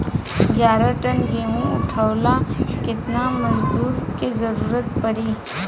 ग्यारह टन गेहूं उठावेला केतना मजदूर के जरुरत पूरी?